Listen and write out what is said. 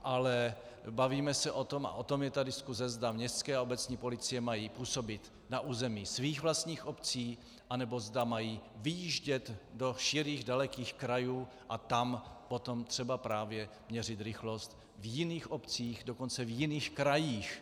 Ale bavíme se o tom, a o tom je ta diskuse, zda městské a obecní policie mají působit na území svých vlastních obcí, anebo zda mají vyjíždět do širých dalekých krajů a tam potom třeba právě měřit rychlost v jiných obcích, dokonce v jiných krajích.